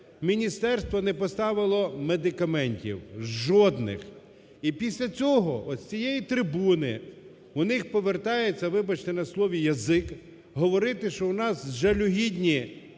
міністерство не поставило медикаментів, жодних. І після цього ось з цієї трибуни у них повертається, вибачте на слові, язик говорити, що у нас жалюгідні